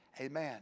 amen